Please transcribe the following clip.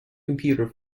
computer